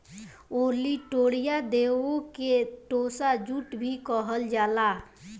olitorius देव के tossa jute भी कहल जाला